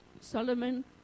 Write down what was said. Solomon